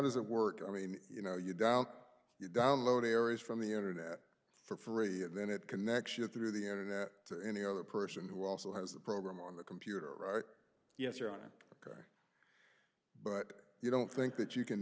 does it work i mean you know you doubt you download areas from the internet for free and then it connection through the internet to any other person who also has a program on the computer or yes your honor but you don't think that you can